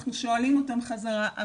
אנחנו שואלים אותם חזרה,